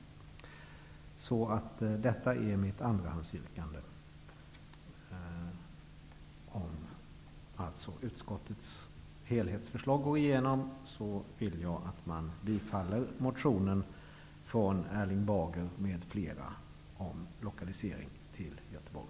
Det här är således mitt andrahandsyrkande. Om utskottets helhetsförslag går igenom vill jag att man bifaller motionen från Erling Bager m.fl. om lokalisering till Göteborg.